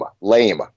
Lame